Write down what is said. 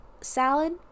salad